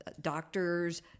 doctors